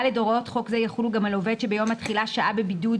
אנחנו ממשיכים בדיון.